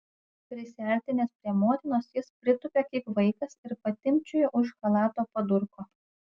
prisiartinęs prie motinos jis pritūpė kaip vaikas ir patimpčiojo už chalato padurko